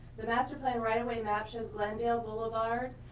the master plan right away matches glenn dale boulevard,